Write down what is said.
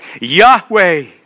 Yahweh